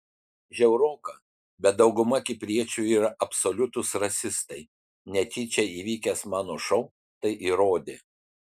žiauroka bet dauguma kipriečių yra absoliutūs rasistai netyčia įvykęs mano šou tai įrodė